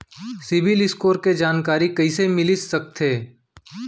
CIBIL score के जानकारी कइसे मिलिस सकथे?